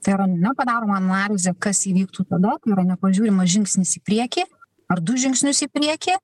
tai yra nepadaroma analizė kas įvyktų tada tai yra nepažiurima žingsnis į priekį ar du žingsnius į priekį